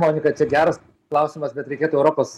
monika čia geras klausimas bet reikėtų europos